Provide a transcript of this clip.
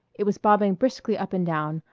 it was bobbing briskly up and down,